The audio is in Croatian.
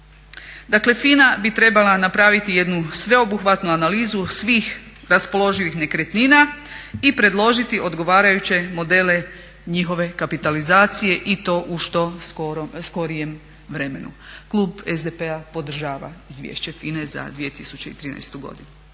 Dakle FINA bi trebala napraviti jednu sveobuhvatnu analizu svih raspoloživih nekretnina i predložiti odgovarajuće modele njihove kapitalizacije i to u što skorijem vremenu. Klub SDP-a podržava izvješće FINA-e za 2013. godinu.